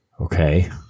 Okay